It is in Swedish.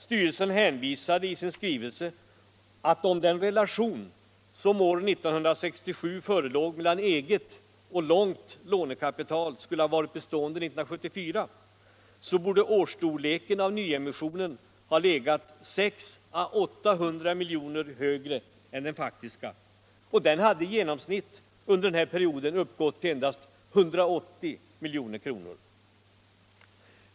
Styrelsen hänvisade i sin skrivelse till att om den relation som år 1967 förelåg mellan eget och långt lånekapital skulle ha varit bestående 1974, så borde årsstorleken av nyemissionen ha legat 600 å 800 milj.kr. högre än den faktiska. Den hade i genomsnitt under perioden uppgått till 180 milj.kr.